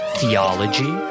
theology